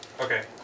Okay